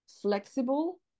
flexible